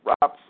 Rob